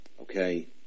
Okay